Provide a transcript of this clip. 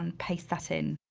um paste that in,